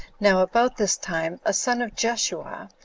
now about this time a son of jeshua,